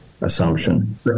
assumption